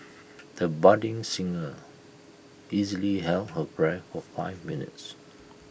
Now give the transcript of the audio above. the budding singer easily held her breath for five minutes